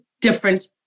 different